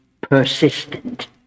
persistent